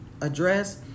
address